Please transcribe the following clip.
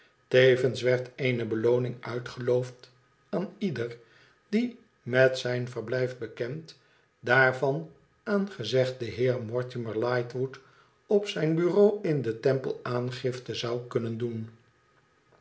tevens werd eene belooning uitgeloofd aan ieder die met zijn verblijf bekend daarvan aan gezegden heer mon timer lightwood op zijn bureau in den temple aangifte zou kunnen doen